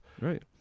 right